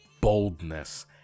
boldness